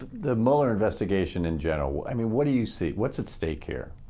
the mueller investigation in general, i mean what do you see? what's at stake here?